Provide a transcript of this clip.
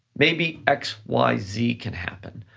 maybe x, y, z can happen.